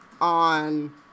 on